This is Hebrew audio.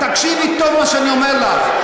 תקשיבי טוב מה שאני אומר לך.